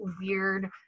weird